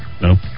no